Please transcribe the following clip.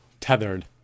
tethered